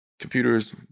Computers